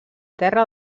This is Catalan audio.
terra